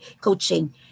coaching